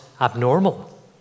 abnormal